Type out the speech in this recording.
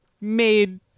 made